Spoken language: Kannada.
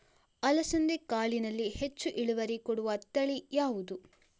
ಅಲಸಂದೆ ಕಾಳಿನಲ್ಲಿ ಹೆಚ್ಚು ಇಳುವರಿ ಕೊಡುವ ತಳಿ ಯಾವುದು?